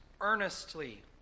earnestly